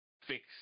fix